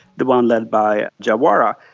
the one led by jawara,